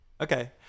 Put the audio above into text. Okay